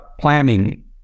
planning